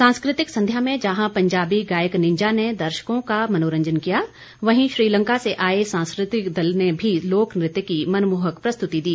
सांस्कृतिक संध्या में जहां पंजाबी गायक निंजा ने दर्शकों का मनोरंजन किया वहीं श्रीलंका से आए सांस्कृतिक दल ने भी लोकनृत्य की मनमोहक प्रस्तुति दी